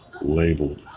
labeled